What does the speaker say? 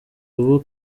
ubu